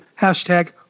Hashtag